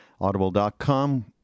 audible.com